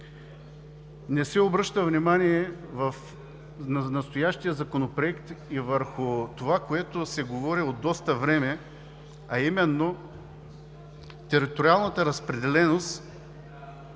Не се обръща внимание в настоящия законопроект и върху това, което се говори от доста време, а именно териториалната разпределеност